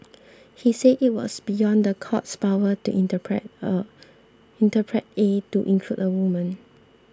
he said it was beyond the court's power to interpret interpret A to include a woman